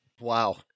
Wow